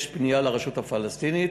יש פנייה לרשות הפלסטינית,